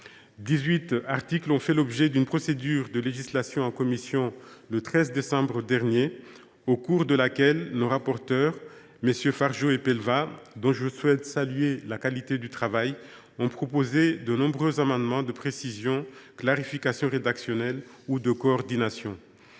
articles ont fait l’objet d’une procédure de législation en commission le 13 décembre dernier, au cours de laquelle les rapporteurs Fargeot et Pellevat, dont je souhaite saluer le travail, ont proposé de nombreux amendements de précision et de clarification rédactionnelle, mais aussi de coordination.